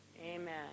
Amen